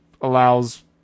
allows